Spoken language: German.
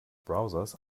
browsers